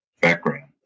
background